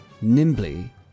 nimbly